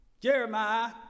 Jeremiah